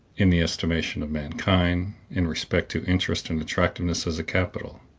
in the estimation of mankind, in respect to interest and attractiveness as a capital.